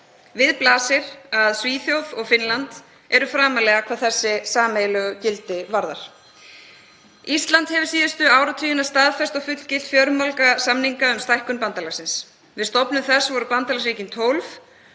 Við blasir að Svíþjóð og Finnland eru framarlega hvað þessi sameiginlegu gildi varðar. Ísland hefur síðustu áratugina staðfest og fullgilt fjölmarga samninga um stækkun bandalagsins. Við stofnun þess voru bandalagsríkin 12